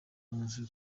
musi